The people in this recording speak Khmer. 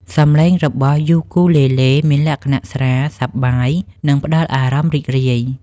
សំឡេងរបស់យូគូលេលេមានលក្ខណៈស្រាល សប្បាយ និងផ្តល់អារម្មណ៍រីករាយ។